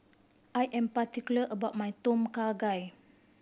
I am particular about my Tom Kha Gai